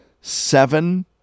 seven